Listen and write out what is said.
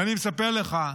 ואני מספר לך,